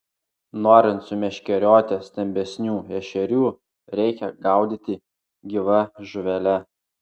norint sumeškerioti stambesnių ešerių reikia gaudyti gyva žuvele